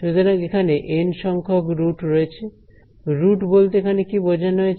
সুতরাং এখানে এন সংখ্যক রুট রয়েছে রুট বলতে এখানে কি বোঝানো হয়েছে